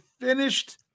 finished